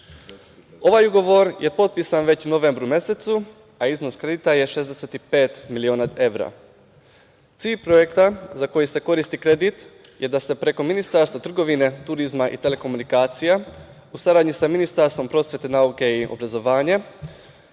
ugovor je potpisan već u novembru mesecu, a iznos kredita je 65 miliona evra. Cilj projekta za koji se koristi kredit je da se preko Ministarstva trgovine, turizma i telekomunikacija, u saradnji sa Ministarstvom prosvete, nauke i obrazovanja